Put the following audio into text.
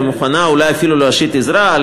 ומוכנה אולי אפילו להושיט עזרה,